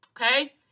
okay